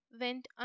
went